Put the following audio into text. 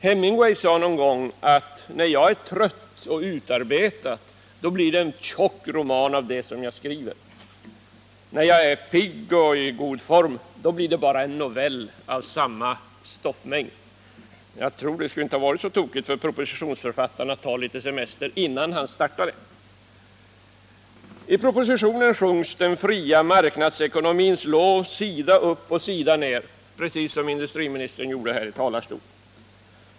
Hemingway sade en gång: ” När jag är trött och utarbetad, då blir det en tjock roman av det jag skriver, men när jag är pigg och i form, då blir det bara en novell av samma stoffmängd.” Jag tror inte det skulle ha varit så tokigt om propositionsförfattaren tagit litet semester innan han startade. I propositionen sjungs den fria marknadsekonomins lov sida upp och sida ner, precis som industriministern gjort här i talarstolen.